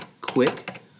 quick